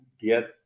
get